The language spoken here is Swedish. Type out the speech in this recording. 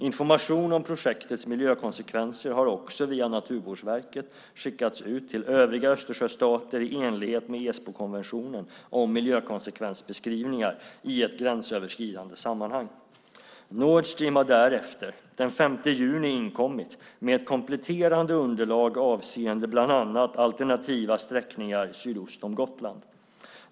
Information om projektets miljökonsekvenser har också via Naturvårdsverket skickats ut till övriga Östersjöstater i enlighet med Esbokonventionen om miljökonsekvensbeskrivningar i ett gränsöverskridande sammanhang. Nord Stream har därefter, den 5 juni, inkommit med ett kompletterande underlag avseende bland annat alternativa sträckningar sydost om Gotland.